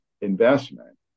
investment